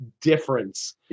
difference